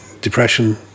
Depression